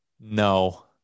No